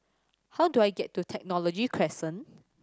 how do I get to Technology Crescent